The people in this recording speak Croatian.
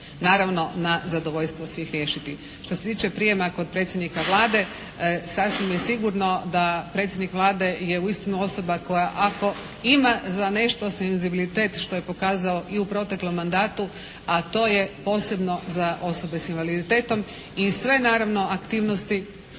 naravno na zadovoljstvo svih riješiti. Što se tiče prijema kod predsjednika Vlade sasvim je sigurno da predsjednik Vlade je uistinu osoba koja ako ima za nešto senzibilitet što je pokazao i u proteklom mandatu, a to je posebno za osobe sa invaliditetom i sve naravno aktivnosti